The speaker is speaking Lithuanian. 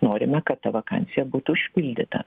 norime kad ta vakancija būtų užpildyta